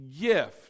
gift